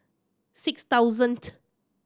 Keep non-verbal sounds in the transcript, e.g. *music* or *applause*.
six thousand *unintelligible*